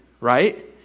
right